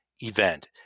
event